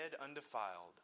undefiled